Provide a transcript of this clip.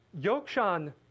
Yokshan